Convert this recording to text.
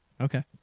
Okay